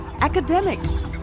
academics